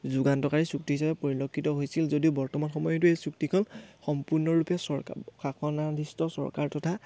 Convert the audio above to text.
যুগান্তকাৰী চুক্তি হিচাপে পৰিলক্ষিত হৈছিল যদিও বৰ্তমান সময়তো এই চুক্তিখন সম্পূৰ্ণৰূপে চৰকাৰ শাসনাধীষ্ঠ চৰকাৰ তথা